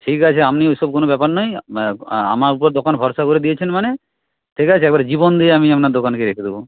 ঠিক আছে আপনি ওইসব কোন ব্যাপার নয় আমার উপর দোকান ভরসা করে দিয়েছেন মানে ঠিক আছে এবার জীবন দিয়ে আমি আপনার দোকানকে রেখে দেবো